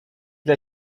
dla